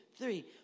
three